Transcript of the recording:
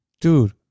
Dude